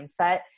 mindset